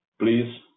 Please